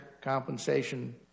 compensation